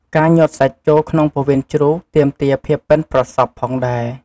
ការញាត់សាច់ ចូលក្នុងពោះវៀនជ្រូកទាមទារភាពប៉ិនប្រសប់ផងដែរ។